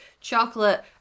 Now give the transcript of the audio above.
chocolate